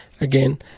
Again